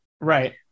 Right